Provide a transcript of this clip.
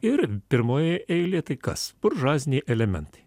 ir pirmoje eilėje tai kas buržuaziniai elementai